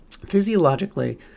Physiologically